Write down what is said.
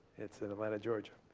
it's in atlanta, georgia.